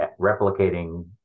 replicating